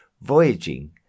voyaging